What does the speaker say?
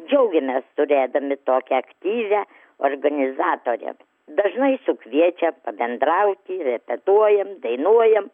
džiaugiamės turėdami tokią aktyvi organizatorę dažnai sukviečia pabendrauti repetuojant dainuojant